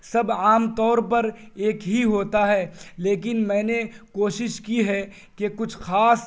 سب عام طور پر ایک ہی ہوتا ہے لیکن میں نے کوشش کی ہے کہ کچھ خاص